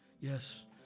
yes